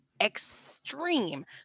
extreme